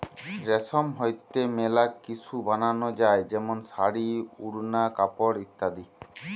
রেশম হইতে মেলা কিসু বানানো যায় যেমন শাড়ী, ওড়না, কাপড় ইত্যাদি